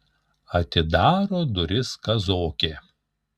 atidaro duris kazokė